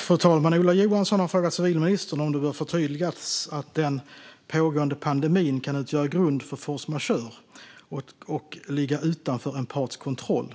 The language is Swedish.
Fru talman! Ola Johansson har frågat civilministern om det bör förtydligas att den pågående pandemin kan utgöra grund för force majeure och ligga utanför en parts kontroll.